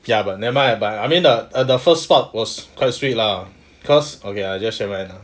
ya but never mind but I mean err the first part was quite sweet lah cause okay I just share mine ah